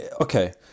Okay